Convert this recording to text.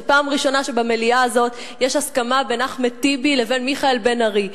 זו פעם ראשונה שבמליאה הזאת יש הסכמה בין אחמד טיבי לבין מיכאל בן-ארי,